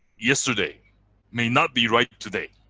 yesterday may not be right today.